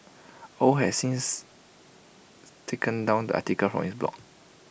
Au has since taken down the article from his blog